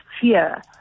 fear